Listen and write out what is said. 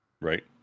Right